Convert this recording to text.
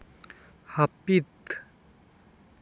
ᱦᱟ ᱯᱤᱫ